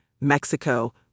Mexico